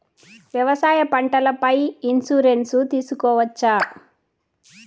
వ్యవసాయ పంటల పై ఇన్సూరెన్సు తీసుకోవచ్చా?